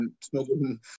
smoking